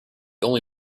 only